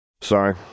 Sorry